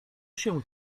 się